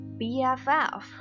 BFF